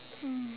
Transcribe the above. mm